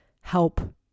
help